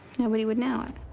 nobody would know it.